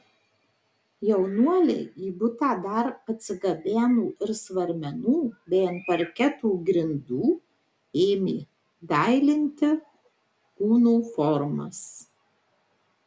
jaunuoliai į butą dar atsigabeno ir svarmenų bei ant parketo grindų ėmė dailinti kūno formas